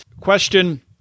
Question